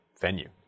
venue